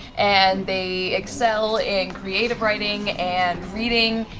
and they excel in creative writing and reading.